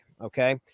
Okay